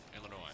Illinois